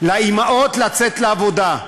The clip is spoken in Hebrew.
לאימהות לצאת לעבודה.